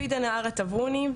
פידה נערה תבונין,